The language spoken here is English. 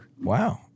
Wow